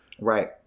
right